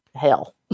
hell